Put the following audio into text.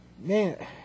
Man